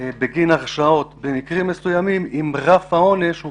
בגין הרשעות במקרים מסוימים אם רף העונש הוא